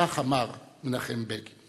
כך אמר מנחם בגין.